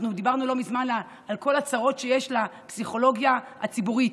אנחנו דיברנו לא מזמן על כל הצרות שיש בפסיכולוגיה הציבורית,